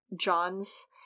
John's